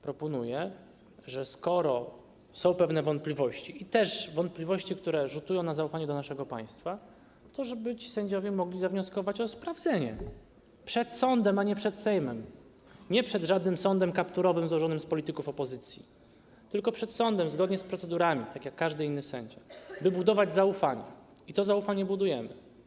Proponuje, skoro są pewne wątpliwości, też wątpliwości, które rzutują na zaufanie do naszego państwa, żeby ci sędziowie mogli zawnioskować o sprawdzenie tego przed sądem, ale nie przed Sejmem, nie przed żadnym sądem kapturowym złożonym z polityków opozycji, tylko przed sądem, zgodnie z procedurami, tak jak każdy inny sędzia, by budować zaufanie, i to zaufanie budujemy.